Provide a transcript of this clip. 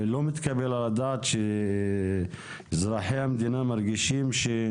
לא מתקבל על הדעת שאזרחי המדינה מרגישים שהם